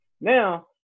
Now